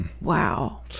Wow